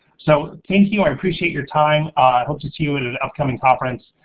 so, thank you. i appreciate your time. i hope to see you at an upcoming conference.